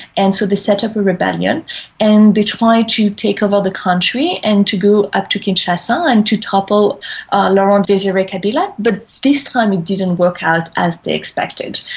and so they set up a rebellion and they tried to take over the country and to go up to kinshasa and to topple laurent desire kabila, but this time it didn't work out as they expected,